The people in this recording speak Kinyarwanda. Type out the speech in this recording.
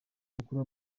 mukuru